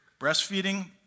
breastfeeding